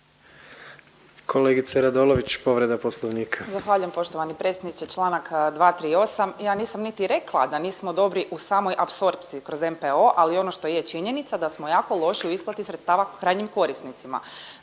Poslovnika. **Radolović, Sanja (SDP)** Zahvaljujem poštovani predsjedniče. Članak 238., ja nisam niti rekla da nismo niti dobri u apsorpciji kroz NPOO, ali ono što je činjenica da smo jako loši u isplati sredstava krajnjim korisnicima.